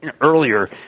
earlier